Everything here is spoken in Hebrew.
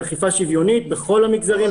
היא אכיפה שוויונית בכל המגזרים,